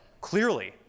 clearly